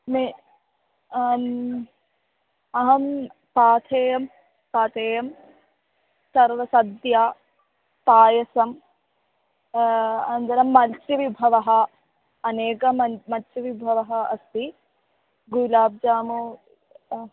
मे अहं पेयं पेयं सर्वसद्यपायसं अनन्तरं मत्स्यविभवः अनेक मत्स्यविभवः अस्ति गुलाब्जामू